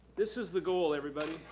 this is the goal, everybody.